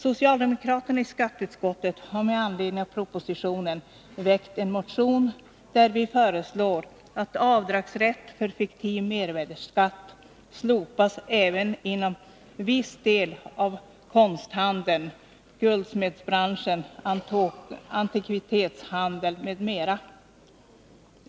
Socialdemokraterna i skatteutskottet har med anledning av propositionen väckt en motion där vi föreslår att avdragsrätt för fiktiv mervärdeskatt slopas även inom viss del av konsthandeln, guldsmedsbranschen, antikvitetshandeln m.m.